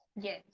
Yes